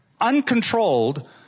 uncontrolled